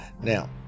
Now